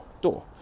door